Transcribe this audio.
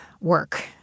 work